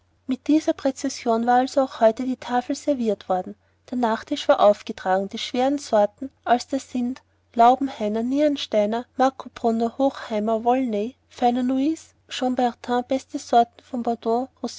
mit dieser präzision war also auch heute die tafel serviert worden der nachtisch war aufgetragen die schweren sorten als da sind laubenheimer nierensteiner markobrunner hochheimer volnay feiner nuits chambertin beste sorten von